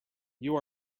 you